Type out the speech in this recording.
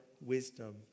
wisdom